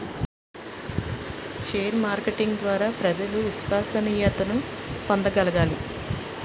share marketing ద్వారా ప్రజలు విశ్వసనీయతను పొందగలగాలి